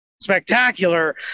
spectacular